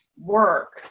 work